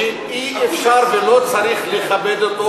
שאי-אפשר ולא צריך לכבד אותו.